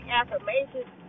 affirmations